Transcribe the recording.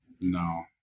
No